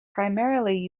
primarily